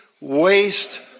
waste